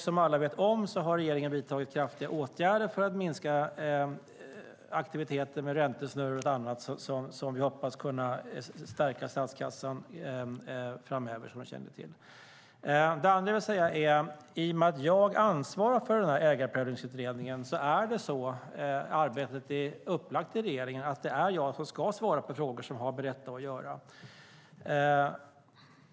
Som alla vet om har regeringen vidtagit kraftiga åtgärder för att minska aktiviteten med räntesnurror och annat, vilket vi hoppas ska kunna stärka statskassan framöver. Det andra jag vill säga är att i och med att det är jag som ansvarar för Ägarprövningsutredningen är det, som arbetet i regeringen är upplagt, också jag som ska svara på frågor som har med detta att göra.